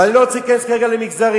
ואני לא רוצה להיכנס כרגע למגזרים.